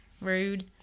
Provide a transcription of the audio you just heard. Rude